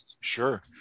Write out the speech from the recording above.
Sure